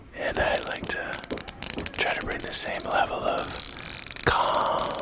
and i like to try to bring the same level of calm